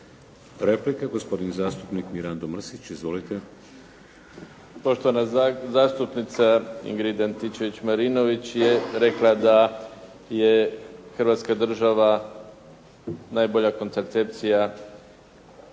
Replika, gospodin zastupnik Mirando Mrsić. Izvolite. **Mrsić, Mirando (SDP)** Poštovana zastupnica Ingrid Antičević-Marinović je rekla da je Hrvatska država najbolja kontracepcija.